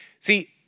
See